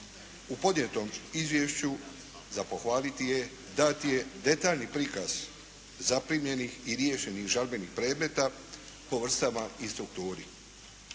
U podnijetom izvješću za pohvaliti je, dat je detaljni prikaz zaprimljenih i riješenih žalbenih predmeta po vrstama i strukturi.